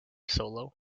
solo